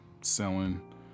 selling